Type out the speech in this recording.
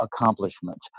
accomplishments